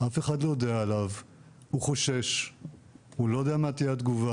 אף אחד לא יודע עליו והוא חושש כי הוא לא יודע מה תהיה התגובה.